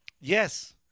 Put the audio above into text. Yes